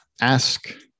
ask